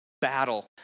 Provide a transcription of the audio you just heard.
battle